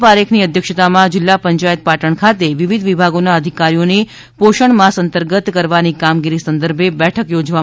પારેખની અધ્યક્ષતામાં જિલ્લા પંચાયત પાટણ ખાતે વિવિધ વિભાગોના અધિકારીઓની પોષણ માસ અંતર્ગત કરવાની કામગીરી સંદર્ભે બેઠક યોજવામાં આવી હતી